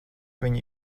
viņi